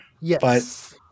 Yes